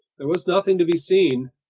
there was nothing to be seen.